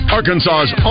Arkansas's